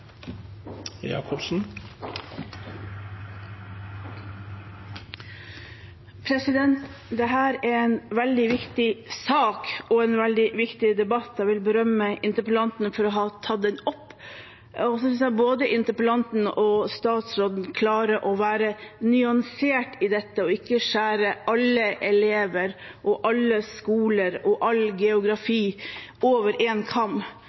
en veldig viktig sak og en veldig viktig debatt, og jeg vil berømme interpellanten for å ha tatt den opp. Så synes jeg både interpellanten og statsråden klarer å være nyansert i dette og ikke skjære alle elever og alle skoler og all geografi over én kam.